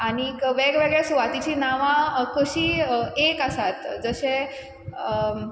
आनीक वेगवेगळे सुवातीचीं नांवां कशीं एक आसात जशें